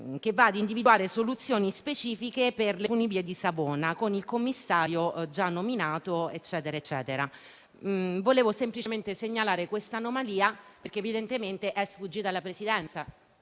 che va a individuare soluzioni specifiche per le funivie di Savona, con il commissario già nominato, e via dicendo. Vorrei semplicemente segnalare quest'anomalia, perché evidentemente è sfuggita alla Presidenza.